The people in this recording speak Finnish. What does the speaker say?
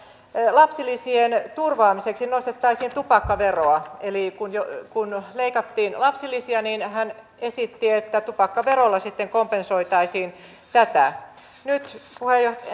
lapsilisien turvaamiseksi nostettaisiin tupakkaveroa eli kun leikattiin lapsilisiä niin hän esitti että tupakkaverolla sitten kompensoitaisiin tätä nyt